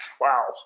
Wow